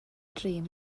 drin